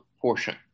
portion